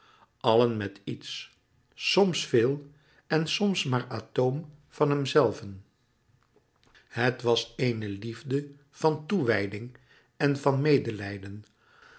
allen met iets soms veel en soms maar atoom van hemzelven het was eene liefde van toewijding en van medelijden